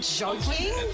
joking